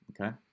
Okay